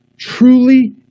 truly